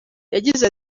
yagize